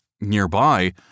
Nearby